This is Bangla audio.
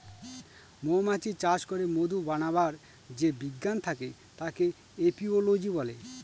মৌমাছি চাষ করে মধু বানাবার যে বিজ্ঞান থাকে তাকে এপিওলোজি বলে